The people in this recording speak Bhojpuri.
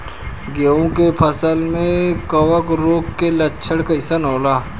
गेहूं के फसल में कवक रोग के लक्षण कइसन होला?